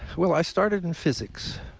well, i started in physics,